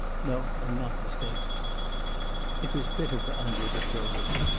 no, i'm not mistaken it was bitter for andrei petrovitch,